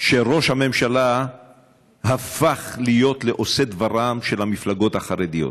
שראש הממשלה הפך להיות לעושה דברן של המפלגות החרדיות.